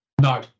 No